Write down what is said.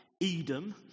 Edom